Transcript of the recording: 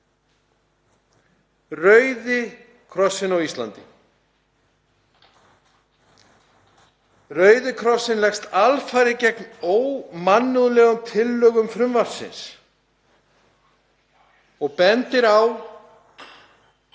Rauði krossinn á Íslandi leggst alfarið gegn ómannúðlegum tillögum frumvarpsins og bendir á